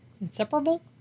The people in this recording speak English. inseparable